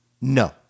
No